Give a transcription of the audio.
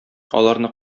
аларны